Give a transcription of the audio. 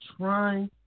trying